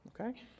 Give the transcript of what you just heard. Okay